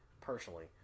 personally